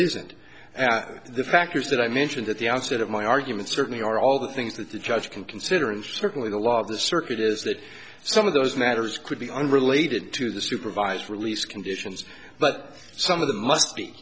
that the factors that i mentioned at the onset of my argument certainly are all the things that the judge can consider and certainly the law of the circuit is that some of those matters could be unrelated to the supervised release conditions but some of the m